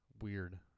Weird